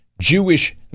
Jewish